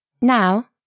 Now